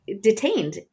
detained